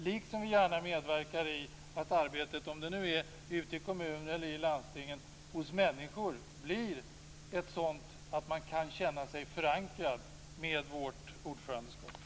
Likaså medverkar vi gärna till att arbetet hos människor, om det nu är ute i kommuner eller i landsting, blir sådant att de kan känna sig förankrade med vårt ordförandeskap.